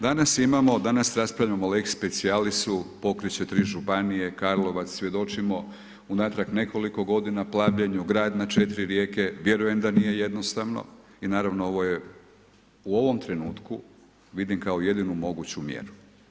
Danas imamo, raspravljamo o lex specialisu, pokrit će tri županije, Karlovac svjedočimo unatrag nekoliko godina, plavljenju grad na 4 rijeke, vjerujem da nije jednostavno i naravno, ovo je u ovom trenutku, vidim kao jedinu moguću mjeru.